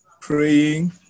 praying